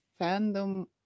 fandom